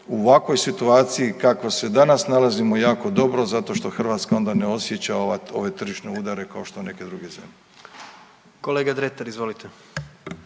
u ovakvoj situaciji u kakvoj se danas nalazimo jako dobro zato što Hrvatska onda ne osjeća ove tržišne udare kao što neke druge zemlje.